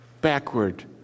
backward